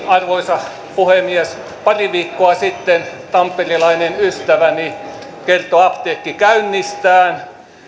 arvoisa puhemies pari viikkoa sitten tamperelainen ystäväni kertoi apteekkikäynnistään